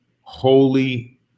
holy